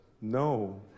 no